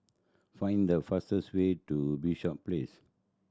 find the fastest way to Bishops Place